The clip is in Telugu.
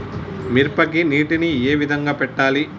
మిరపకి నీటిని ఏ విధంగా పెట్టాలి?